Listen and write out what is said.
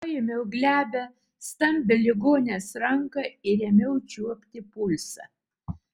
paėmiau glebią stambią ligonės ranką ir ėmiau čiuopti pulsą